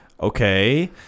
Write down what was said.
okay